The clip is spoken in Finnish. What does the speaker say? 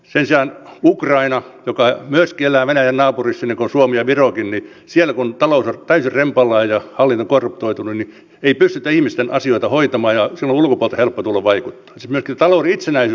sen sijaan ukrainassa joka myöskin elää venäjän naapurissa niin kuin suomi ja virokin kun talous on täysin rempallaan ja hallinto korruptoitunut ei pystytä ihmisten asioita hoitamaan ja silloin on ulkopuolelta helppo tulla vaikuttamaan